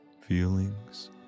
feelings